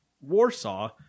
Warsaw